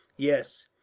yes,